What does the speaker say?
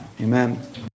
Amen